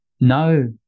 no